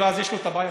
ואז יש לו את הבעיה.